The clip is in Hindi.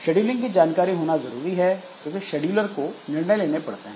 शेड्यूलिंग की जानकारी होना जरूरी है क्योंकि शेड्यूलर को निर्णय लेने पड़ते हैं